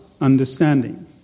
understanding